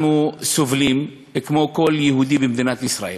אנחנו סובלים כמו כל יהודי במדינת ישראל.